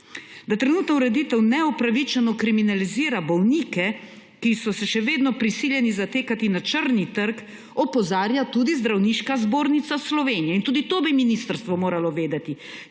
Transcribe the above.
Da trenutna ureditev neupravičeno kriminalizira bolnike, ki so se še vedno prisiljeni zatekati na črni trg, opozarja tudi Zdravniška zbornica Slovenije. In tudi to bi ministrstvo moralo vedeti,